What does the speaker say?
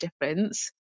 difference